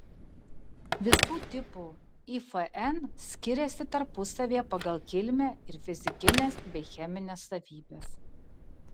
visų tipų ifn skiriasi tarpusavyje pagal kilmę ir fizikines bei chemines savybes